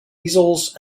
easels